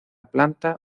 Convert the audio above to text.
planta